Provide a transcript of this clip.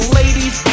ladies